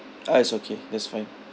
ah it's okay that's fine